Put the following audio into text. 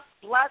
bless